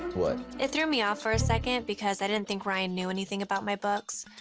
what? it threw me off for a second, because i didn't think ryan knew anything about my books.